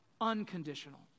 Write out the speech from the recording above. unconditional